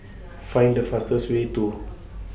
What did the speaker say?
Find The fastest Way to